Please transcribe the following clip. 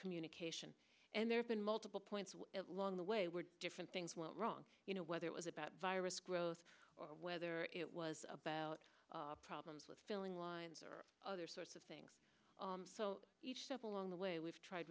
communication and there's been multiple points along the way were different things went wrong you know whether it was about virus growth whether it was about problems with filling lines or other sorts of things so each step along the way we've tried